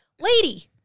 Lady